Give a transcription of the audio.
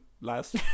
last